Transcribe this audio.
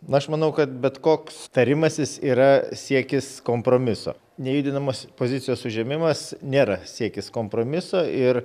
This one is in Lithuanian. na aš manau kad bet koks tarimasis yra siekis kompromiso nejudinamos pozicijos užėmimas nėra siekis kompromiso ir